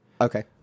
Okay